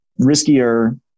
riskier